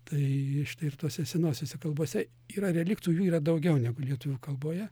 tai štai ir tose senosiose kalbose yra reliktų jų yra daugiau negu lietuvių kalboje